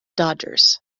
dodgers